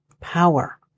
power